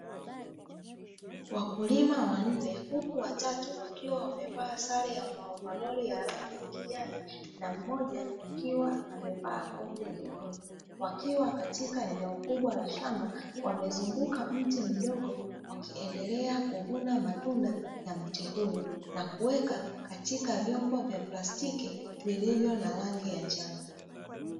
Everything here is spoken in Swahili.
Wakulima wanne huku watatu wakiwa wamevaa sare ya maovaroli ya rangi ya kijani na mmoja akiwa amevaa koti jekundu na mmoja akiwa katika eneo kubwa la shamba wamezunguka mti mdogo wakiendelea kuvuna matunda ya mti huo na kuweka katika vyombo vya plastiki vilivyo na rangi ya njano.